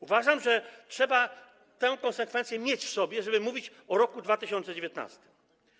Uważam, że trzeba tę konsekwencję mieć w sobie, żeby mówić o roku 2019.